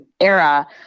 era